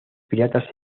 piratas